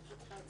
אני צריכה לצאת